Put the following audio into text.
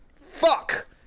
Fuck